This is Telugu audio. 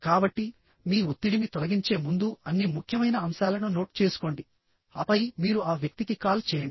కాబట్టి మీ ఒత్తిడిని తొలగించే ముందు అన్ని ముఖ్యమైన అంశాలను నోట్ చేసుకోండి ఆపై మీరు ఆ వ్యక్తికి కాల్ చేయండి